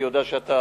אני יודע שגם אתה